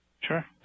Sure